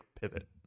pivot